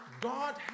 God